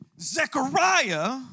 Zechariah